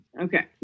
Okay